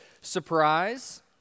surprise